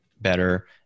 better